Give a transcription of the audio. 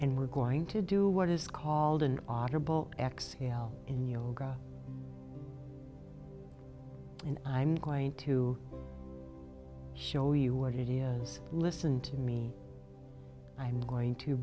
and we're going to do what is called an audible exhale in yoga and i'm going to show you what it is listen to me i'm going to